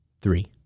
Three